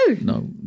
No